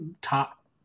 top